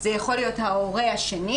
זה יכול להיות ההורה השני,